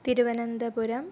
Thiruvananthapuram